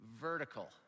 vertical